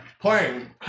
Playing